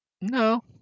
no